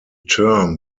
term